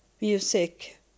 music